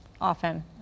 often